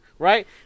Right